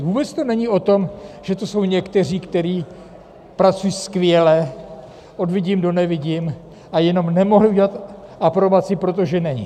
Vůbec to není o tom, že to jsou někteří, kteří pracují skvěle od vidím do nevidím a jenom nemohli dělat aprobaci, protože není.